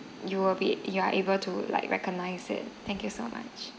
you will be you are able to like recognize it thank you so much